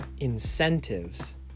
incentives